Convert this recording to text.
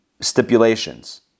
stipulations